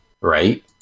right